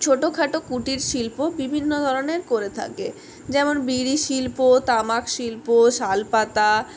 ছোটোখাটো কুটিরশিল্প বিভিন্ন ধরনের করে থাকে যেমন বিড়ি শিল্প তামাক শিল্প শালপাতা